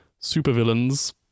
supervillains